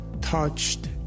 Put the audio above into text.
touched